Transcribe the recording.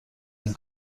این